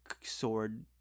sword